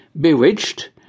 bewitched